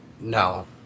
no